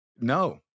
no